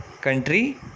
Country